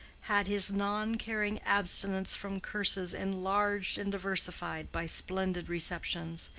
had his non-caring abstinence from curses enlarged and diversified by splendid receptions,